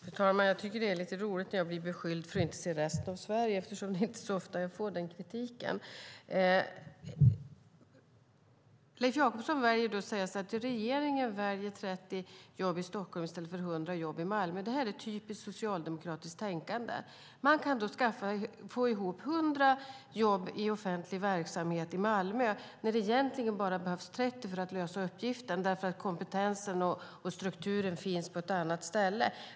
Fru talman! Jag tycker att det är lite roligt när jag blir beskylld för att inte se resten av Sverige eftersom det inte är så ofta jag får den kritiken. Leif Jakobsson säger att regeringen väljer 30 jobb i Stockholm i stället för 100 jobb i Malmö. Det här är typiskt socialdemokratiskt tänkande: Man kan få ihop 100 jobb i offentlig verksamhet i Malmö, när det egentligen bara behövs 30 för att lösa uppgiften därför att kompetensen och strukturen finns på ett annat ställe.